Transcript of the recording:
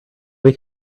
have